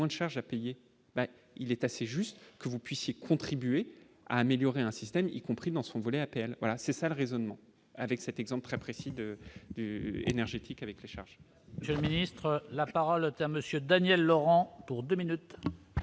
de charges à payer, il est assez juste, que vous puissiez contribuer à améliorer un système, y compris dans son volet APL, voilà, c'est ça le raisonnement avec cet exemple très précis de énergétique avec les charges.